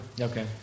okay